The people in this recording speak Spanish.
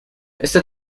este